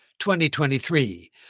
2023